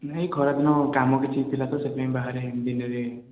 ନାହିଁ ଖରାଦିନ କାମ କିଛି ଥିଲା ତ ସେଥିପାଇଁ ବାହାରେ ବିଲରେ